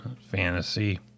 fantasy